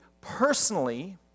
personally